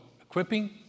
equipping